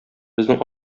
безнең